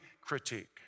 critique